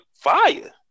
fire